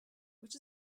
which